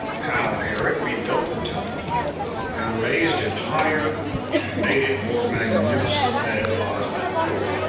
how herod rebuilt the temple and raised it higher and made it more magnificent than it was before